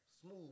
smooth